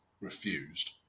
refused